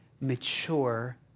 Mature